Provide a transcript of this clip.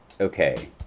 Okay